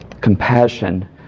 compassion